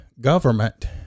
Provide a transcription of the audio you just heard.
government